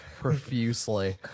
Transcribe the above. profusely